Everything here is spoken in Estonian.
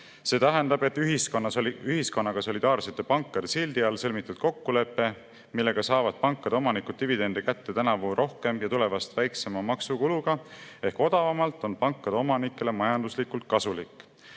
See tähendab, et ühiskonnaga solidaarsete pankade sildi all sõlmitud kokkulepe, millega saavad pankade omanikud tänavu dividende rohkem kätte ja tuleva [aastaga võrreldes] väiksema maksukuluga ehk odavamalt, on pankade omanikele majanduslikult kasulik.